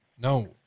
No